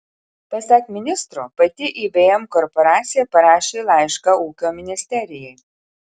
pasak ministro pati ibm korporacija parašė laišką ūkio ministerijai